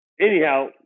anyhow